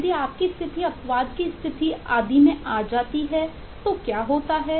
यदि आपकी स्थिति अपवाद की स्थिति आदी में आ जाती है तो क्या होता है